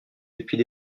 depuis